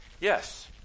Yes